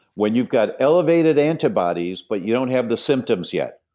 when you've got elevated antibodies, but you don't have the symptoms yet.